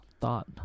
Thought